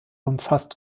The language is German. umfasst